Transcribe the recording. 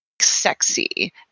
sexy